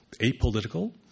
apolitical